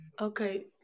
Okay